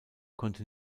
konnte